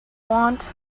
want